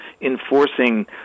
enforcing